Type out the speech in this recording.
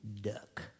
duck